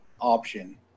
option